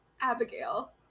Abigail